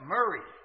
Murray